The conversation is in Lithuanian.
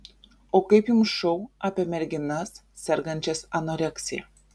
o kaip jums šou apie merginas sergančias anoreksija